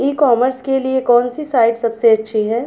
ई commerce के लिए कौनसी साइट सबसे अच्छी है?